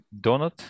donut